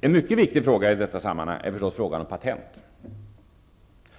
En mycket viktig fråga i detta sammanhang är förstås frågan om patent.